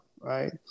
right